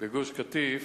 בגוש-קטיף